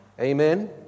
Amen